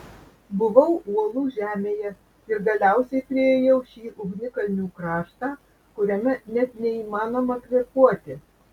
buvau uolų žemėje ir galiausiai priėjau šį ugnikalnių kraštą kuriame net neįmanoma kvėpuoti